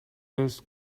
ist